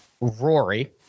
Rory